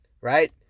right